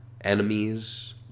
enemies